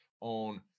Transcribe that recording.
on